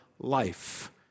Life